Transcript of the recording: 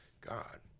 God